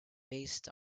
based